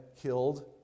killed